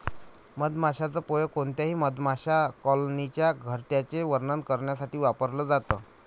मधमाशांच पोळ कोणत्याही मधमाशा कॉलनीच्या घरट्याचे वर्णन करण्यासाठी वापरल जात